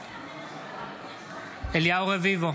אליהו רביבו,